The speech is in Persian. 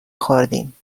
خوردیم